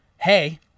hey